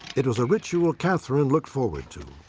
it was a ritual katherine looked forward to.